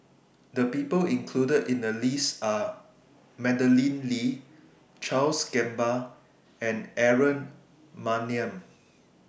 The People included in The list Are Madeleine Lee Charles Gamba and Aaron Maniam